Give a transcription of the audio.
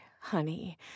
honey